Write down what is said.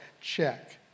Check